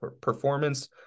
performance